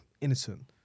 innocent